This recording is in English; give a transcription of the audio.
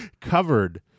covered